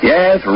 Yes